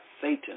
Satan